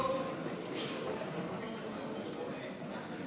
של קבוצת סיעת הרשימה המשותפת